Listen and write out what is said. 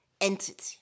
entity